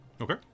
Okay